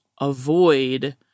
avoid